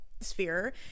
sphere